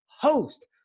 host